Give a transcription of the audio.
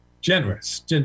Generous